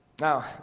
Now